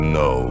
no